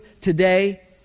today